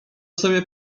sobie